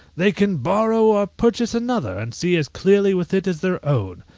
they can borrow or purchase another, and see as clearly with it as their own.